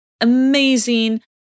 amazing